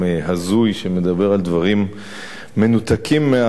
שמדבר על דברים מנותקים מהמציאות.